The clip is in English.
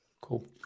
cool